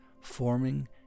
forming